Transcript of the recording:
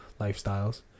lifestyles